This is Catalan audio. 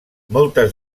moltes